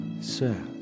Sir